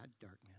darkness